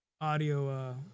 audio